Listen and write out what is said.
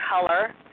color